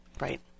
right